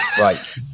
Right